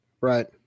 Right